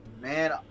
Man